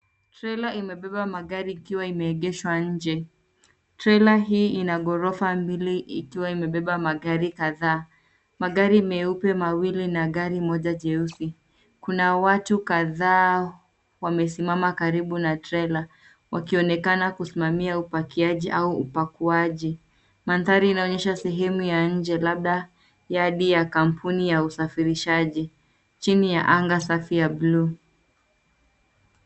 Trela imebeba magari ikiwa imeegeshwa nje. Trela hii ina ghorofa mbili ikiwa imebeba magari kadhaa. Magari meupe mawili na gari moja jeusi. Kuna watu kadhaa wamesimama karibu na trela, wakionekana kusimamia upakiaji au upakuaji. Mandhari inaonyesha sehemu ya nje labda yadi ya kampuni ya usafirishaji chini ya anga safi ya buluu.